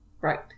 Right